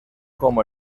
como